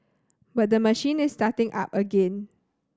but the machine is starting up again